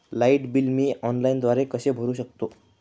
Light bill मी ऑनलाईनद्वारे कसे भरु शकतो?